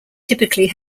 typically